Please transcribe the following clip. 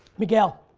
miguel.